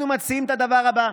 אנחנו מציעים את הדבר הבא,